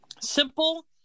Simple